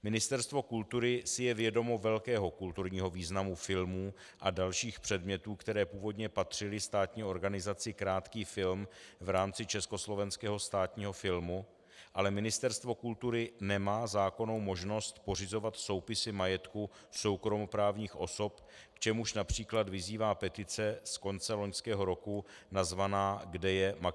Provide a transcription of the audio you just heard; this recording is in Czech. Ministerstvo kultury si je vědomo velkého kulturního významu filmů a dalších předmětů, které původně patřily státní organizaci Krátký film v rámci Československého státního filmu, ale Ministerstvo kultury nemá zákonnou možnost pořizovat soupisy majetku soukromoprávních osob, k čemuž například vyzývá petice z konce loňského roku nazvaná Kde je Maxipes Fík?